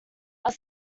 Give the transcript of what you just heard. are